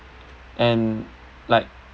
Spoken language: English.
and like